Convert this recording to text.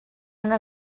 una